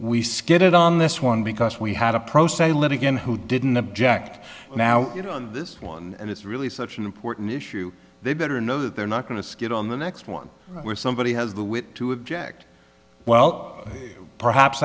skated on this one because we had a pro se litigant who didn't object now you know on this one and it's really such an important issue they better know that they're not going to get on the next one where somebody has the wit to object well perhaps